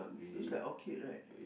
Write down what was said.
looks like Orchid right